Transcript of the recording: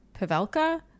Pavelka